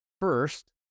first